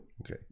Okay